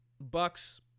Bucks